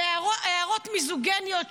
הערות מיזוגיניות,